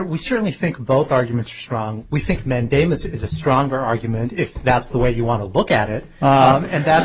we certainly think both arguments strong we think men damus is a stronger argument if that's the way you want to look at it and that's